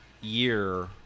year